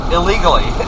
Illegally